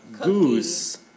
Goose